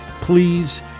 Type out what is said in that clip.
please